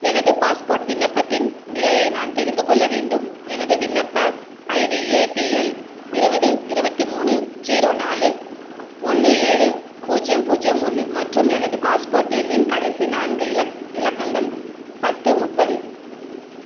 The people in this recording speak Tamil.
எனது பாஸ்போர்ட் விண்ணப்பத்தின் நிலையை நான் தெரிந்து கொள்ள வேண்டும் எனது விண்ணப்ப ஐடி ஏபிஎல் இருபது இருபத்தி மூணு ஜீரோ நாலு ஒன்று ஏழு பூஜ்யம் பூஜ்யம் ஒன்று மற்றும் எனது பாஸ்போர்ட் எண்ணின் கடைசி நான்கு இலக் இலக்கங்கள் பத்து முப்பது